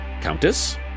Countess